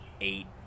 eight